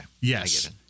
Yes